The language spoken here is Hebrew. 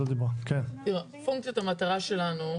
פונקציית המטרה שלנו,